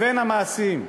המעשים.